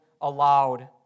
allowed